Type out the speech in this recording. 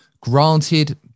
Granted